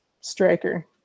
striker